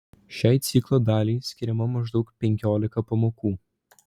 šiai ciklo daliai skiriama maždaug penkiolika pamokų